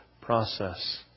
process